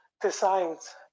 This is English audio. designs